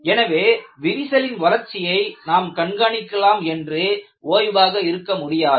எனவே விரிசலின் வளர்ச்சியை நாம் கண்காணிக்கலாம் என்று ஓய்வாக இருக்க முடியாது